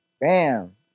bam